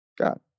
God